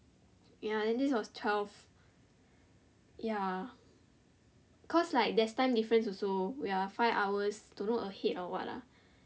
ya then this was twelve ya cause like there's time difference also we are five hours don't know ahead or what lah